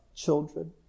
Children